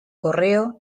correo